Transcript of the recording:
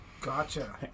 Gotcha